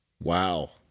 wow